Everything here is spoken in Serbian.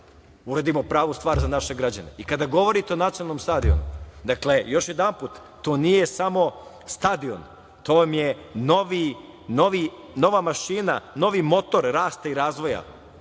uradimo pravu stvar za naše građane. Kada govorite o Nacionalnom stadionu, dakle, još jedanput, to nije samo stadion, to vam je nova mašina, novi motor rasta i razvoja.